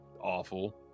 awful